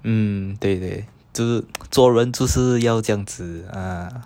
hmm 对对对做人就是要这样子 ah